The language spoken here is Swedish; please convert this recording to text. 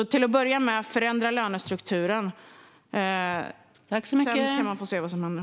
Till att börja med: Förändra lönestrukturen, och sedan kan man se vad som händer.